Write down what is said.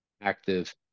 active